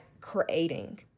creating